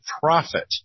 profit